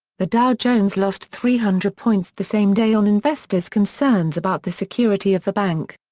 the dow jones lost three hundred points the same day on investors' concerns about the security of the bank.